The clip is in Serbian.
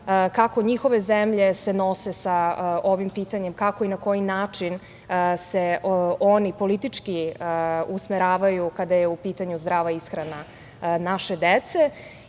kako njihove zemlje se nose sa ovim pitanjem, kako i na koji način se oni politički usmeravaju kada je u pitanju zdrava ishrana naše dece. Ono